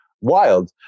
wild